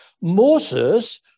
Moses